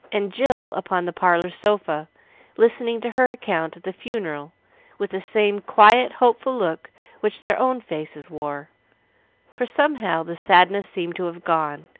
and jill upon the parlor sofa listening to her account of the funeral with the same quiet, hopeful look which their own faces wore for somehow the sadness seemed to have gone,